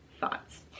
thoughts